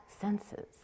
senses